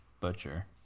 Butcher